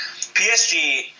PSG